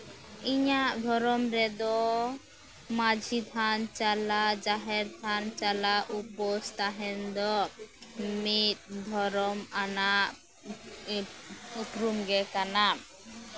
ᱤᱧᱟᱜ ᱫᱷᱚᱨᱚᱢ ᱨᱮᱫᱚ ᱢᱟᱹᱡᱷᱤ ᱛᱷᱟᱱ ᱪᱟᱞᱟᱜ ᱡᱟᱦᱮᱨ ᱛᱷᱟᱱ ᱪᱟᱞᱟᱜ ᱩᱯᱟᱹᱥ ᱛᱟᱸᱦᱮᱱ ᱫᱚ ᱢᱤᱫ ᱫᱷᱚᱨᱚᱢ ᱟᱱᱟᱜ ᱩᱯᱨᱩᱢ ᱜᱮ ᱠᱟᱱᱟ